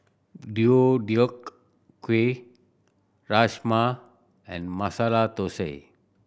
Deodeok Gui Rajma and Masala Dosa